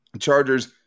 Chargers